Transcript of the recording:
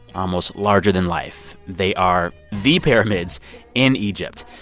almost larger than life. they are the pyramids in egypt.